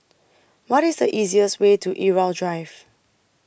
What IS The easiest Way to Irau Drive